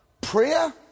Prayer